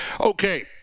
Okay